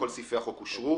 כל סעיפי החוק אושרו.